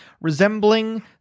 resembling